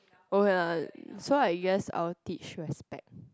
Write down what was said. oh ya so I guess I will teach you aspect